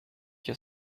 your